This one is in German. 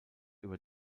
über